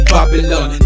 Babylon